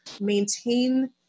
maintain